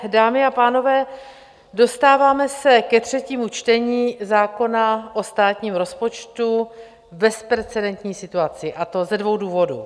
Dámy a pánové, dostáváme se ke třetímu čtení zákona o státním rozpočtu v bezprecedentní situaci, a to ze dvou důvodů.